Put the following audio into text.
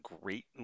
great